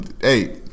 Hey